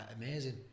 amazing